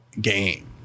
game